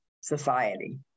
society